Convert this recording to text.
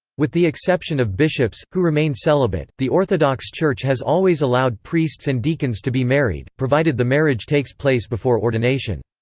with the exception of bishops, who remain celibate, the orthodox church has always allowed priests and deacons to be married, provided the marriage takes takes place before ordination.